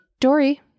Dory